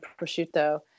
prosciutto